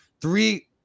three